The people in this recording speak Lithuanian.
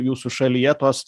jūsų šalyje tos